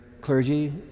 clergy